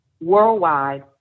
worldwide